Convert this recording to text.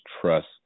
trust